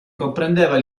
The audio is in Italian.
comprendeva